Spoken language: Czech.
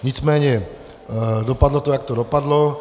Nicméně dopadlo to, jak to dopadlo.